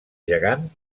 gegant